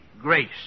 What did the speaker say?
grace